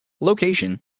Location